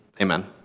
Amen